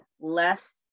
less